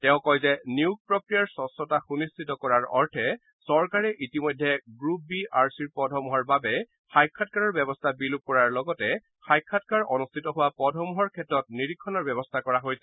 তেওঁ কয় যে নিয়োগ প্ৰক্ৰিয়াৰ স্ক্ষতা সুনিশ্চিত কৰাৰ অৰ্থে চৰকাৰে ইতিমধ্যে গ্ৰুপ বি আৰ চি পদসমূহৰ বাবে সাক্ষাৎকাৰৰ ব্যৱস্থা বিলোপ কৰাৰ লগতে সাক্ষাৎকাৰ অনূষ্ঠিত হোৱা পদসমূহৰ ক্ষেত্ৰত নিৰিক্ষণৰ ব্যৱস্থা কৰা হৈছে